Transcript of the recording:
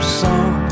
song